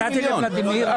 נתתי לוולדימיר.